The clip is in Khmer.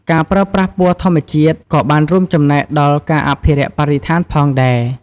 ការប្រើប្រាស់ពណ៌ធម្មជាតិក៏បានរួមចំណែកដល់ការអភិរក្សបរិស្ថានផងដែរ។